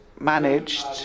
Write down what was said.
managed